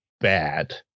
bad